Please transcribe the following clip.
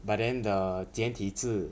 but then the 简体字